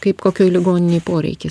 kaip kokioj ligoninėj poreikis